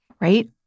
right